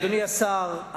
אדוני השר,